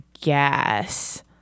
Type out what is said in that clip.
guess